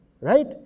right